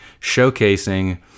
showcasing